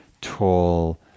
tall